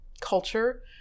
culture